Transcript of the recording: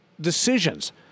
decisions